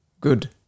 Good